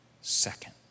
second